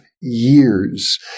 years